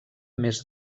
més